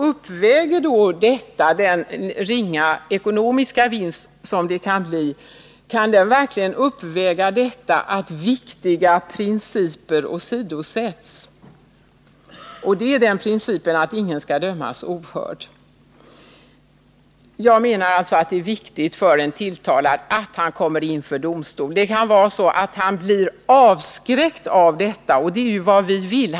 Kan den ringa ekonomiska vinst som det kan bli fråga om verkligen uppväga att viktiga principer åsidosätts? Det gäller principen att ingen skall dömas ohörd. Jag menar alltså att det är viktigt för en tilltalad att han kommer inför domstol. Det kan vara så att han blir avskräckt av detta, och det är vad vi vill.